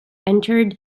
entered